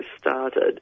started